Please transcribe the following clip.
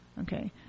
Okay